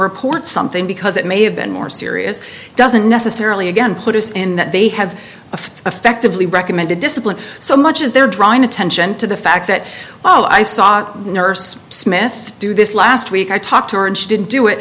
report something because it may have been more serious doesn't necessarily again put us in that they have a effectively recommended discipline so much as they're drawing attention to the fact that well i saw the nurse smith do this last week i talked to her and she didn't do it